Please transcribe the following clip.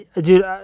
Dude